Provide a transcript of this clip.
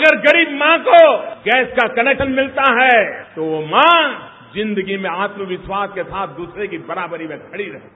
अगर गरीब मां को गैस का कनेक्शन मिलता है तो वो मां जिंदगी में आत्मविश्वास के साथ दूसरों की बराबरी में खड़ी रहती है